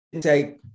say